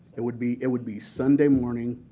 it would be it would be sunday morning,